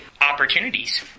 opportunities